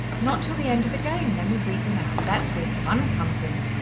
not till the end of the game, then we read them out. that's where the fun comes in,